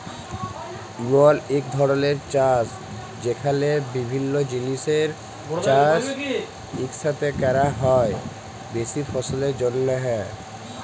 ইমল ইক ধরলের চাষ যেখালে বিভিল্য জিলিসের চাষ ইকসাথে ক্যরা হ্যয় বেশি ফললের জ্যনহে